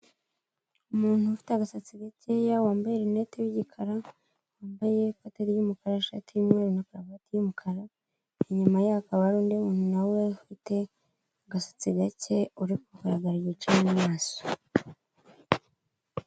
Umuntu ufite agasatsi gakeya wambaye rinete y'igikara wambaye ikote ry'umukara, ishati y'umweru na karuvati y'umukara inyuma ye hakaba hari undi muntu na we ufite agasatsi gake uri kugaragara igice mu maso.